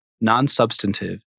non-substantive